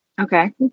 Okay